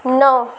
نو